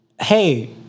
hey